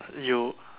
you